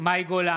מאי גולן,